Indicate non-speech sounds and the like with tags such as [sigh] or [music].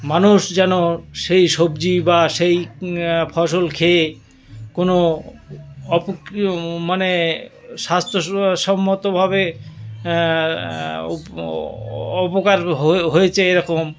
মানুষ যেন সেই সবজি বা সেই ফসল খেয়ে কোনো [unintelligible] মানে স্বাস্থ্য সম্মতভাবে [unintelligible] অপকার হয়েছে এরকম